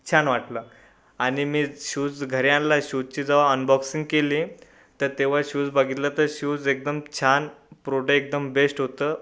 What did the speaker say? छान वाटलं आणि मी शूज घरी आणला शूजची जेव्हा अनबॉक्सिंग केली तर तेव्हा शूज बघितलं तर शूज एकदम छान प्रोडे एकदम बेष्ट होतं